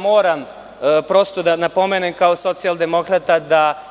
Moram da napomenem kao socijaldemokrata